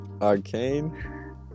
arcane